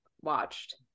watched